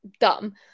Dumb